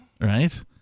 Right